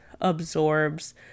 absorbs